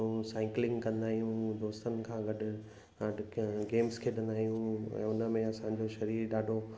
ऐं साइकलिंग कंदा आहियूं दोस्तनि खां गॾु गेम्स खेॾंदा आहियूं ऐं उन में असांजो शरीरु ॾाढो